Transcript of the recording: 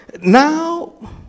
Now